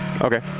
okay